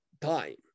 time